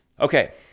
Okay